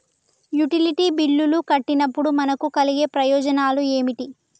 Utility బిల్లులు కట్టినప్పుడు మనకు కలిగే ప్రయోజనాలు ఏమిటి?